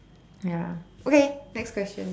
ya okay next question